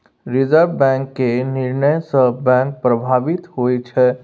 reserve bank केर निर्णय सँ बैंक प्रभावित होइ छै